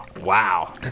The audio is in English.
wow